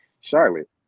Charlotte